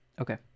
Okay